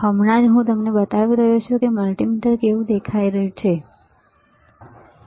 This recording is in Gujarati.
હમણાં જ હું તમને બતાવી રહ્યો છું કે મલ્ટિમીટર કેવું દેખાય છે બરાબર